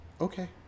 Okay